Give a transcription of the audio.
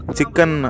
Chicken